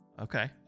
Okay